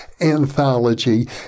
anthology